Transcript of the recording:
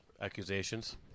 accusations